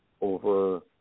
over